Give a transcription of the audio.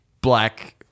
black